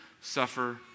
suffer